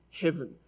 heaven